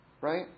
right